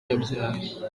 yabyaye